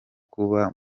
kuba